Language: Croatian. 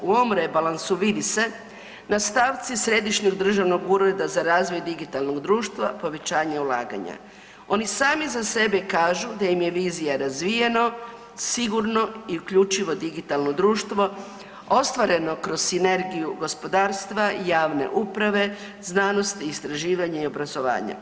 U ovom rebalansu vidi se na stavci Središnjeg državnog ureda za razvoj digitalnog društva povećanje ulaganja oni sami za sebe kažu da im je vizija razvijeno, sigurno i uključivo digitalno društvo ostvareno kroz sinergiju gospodarstva, javne uprave, znanosti, istraživanja i obrazovanja.